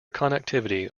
connectivity